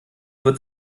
wird